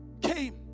came